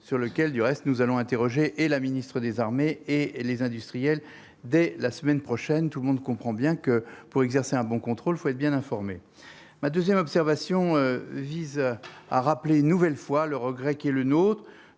sur lequel du reste nous allons interroger et la ministre des armées et les industriels dès la semaine prochaine, tout le monde comprend bien que pour exercer un bon contrôle faut être bien informé ma 2ème observation vise à rappeler une nouvelle fois le regret qui est le nôtre,